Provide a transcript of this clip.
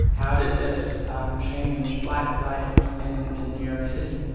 how did this um change black life in in new york city?